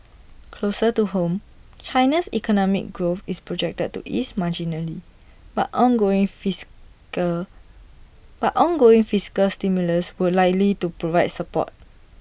closer to home China's economic growth is projected to ease marginally but ongoing fiscal but ongoing fiscal stimulus will likely provide support